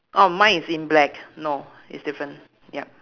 oh mine is in black no it's different yup